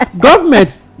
government